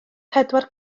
pedwar